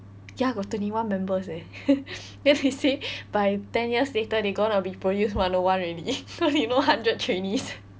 ya got twenty one members eh then he say by ten years later they gonna be produce one O one already cause you know hundred trainees